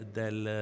del